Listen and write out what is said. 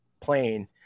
plane